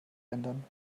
ändern